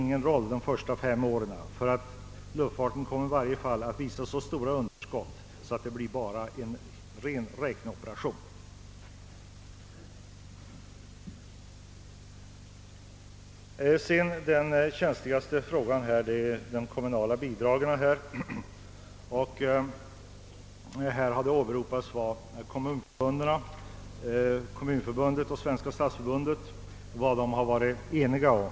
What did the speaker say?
Under de första fem åren kommer luftfartsverket ändå att visa så stort underskott att det blir fråga om en ren räkneoperation. Den känsligaste frågan gäller de kommunala bidragen, och det har åberopats vad Svenska kommunförbundet och Svenska stadsförbundet varit eniga om.